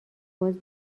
باز